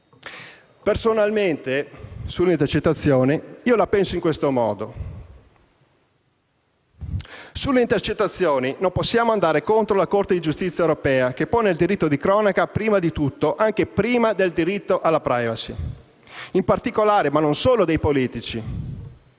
Personalmente, sulle intercettazioni, io la penso nel seguente modo: «Sulle intercettazioni non possiamo andare contro la Corte di giustizia europea, che pone il diritto di cronaca prima di tutto, anche prima del diritto alla *privacy* - in particolare ma non solo - dei politici.